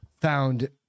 found